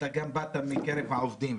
ואתה גם באת מקרב העובדים,